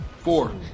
four